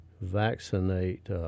vaccinate